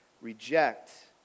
reject